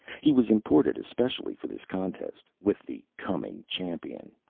he was imported especially for this contest with the coming champion.